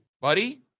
buddy